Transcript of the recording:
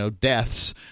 deaths